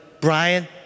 Brian